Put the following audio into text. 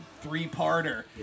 three-parter